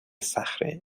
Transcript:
صخره